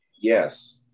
Yes